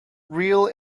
real